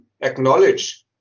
Acknowledge